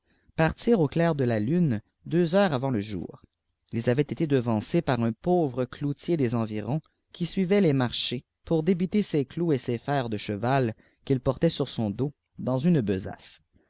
partirent au clair do là lune deux heures avant le jour ils avaient été devancés par un puuviie cloutier des environs qui suivait les marchés pour débiter ses clous et ses fers de cheval qu'il portait sur son dos dans une besace